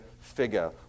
figure